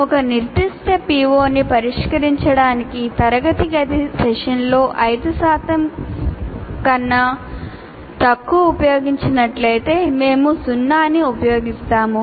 ఒక నిర్దిష్ట PO ని పరిష్కరించడానికి తరగతి గది సెషన్లలో 5 శాతం కన్నా తక్కువ ఉపయోగించినట్లయితే మేము 0 ని ఉపయోగిస్తాము